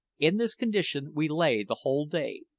in this condition we lay the whole day,